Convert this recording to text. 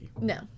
no